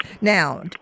Now